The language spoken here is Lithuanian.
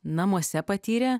namuose patyrė